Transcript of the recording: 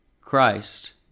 Christ